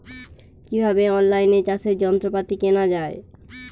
কিভাবে অন লাইনে চাষের যন্ত্রপাতি কেনা য়ায়?